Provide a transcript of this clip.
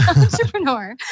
entrepreneur